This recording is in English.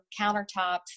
countertops